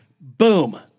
Boom